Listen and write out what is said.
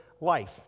life